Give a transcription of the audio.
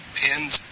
pins